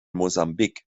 mosambik